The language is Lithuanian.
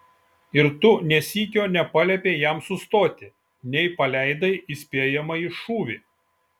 ir tu nė sykio nepaliepei jam sustoti nei paleidai įspėjamąjį šūvį